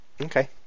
Okay